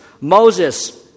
Moses